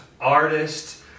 artist